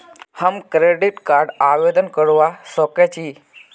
हम credit card आवेदन करवा संकोची?